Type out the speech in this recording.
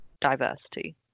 diversity